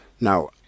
Now